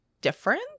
different